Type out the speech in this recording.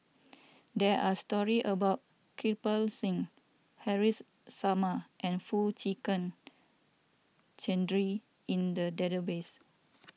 there are stories about Kirpal Singh Haresh Sharma and Foo Chee Keng Cedric in the database